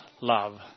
love